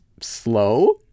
slow